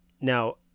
now